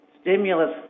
stimulus